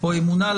או אמונה,